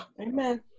amen